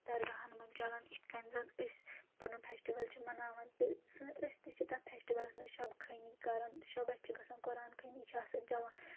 درگاہَن منٛز چَلان یِتھ کٔنۍ زَن أسۍ پَنُن فیسٹِول چھِ مَناوَان تہٕ أسۍ تہِ چھِ تَتھ فیسٹِولَس منٛز شَبہٕ کھٲنی کَرَان شَبَس چھِ گژھان قۄران کھنی چھِ آسان چلان